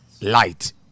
light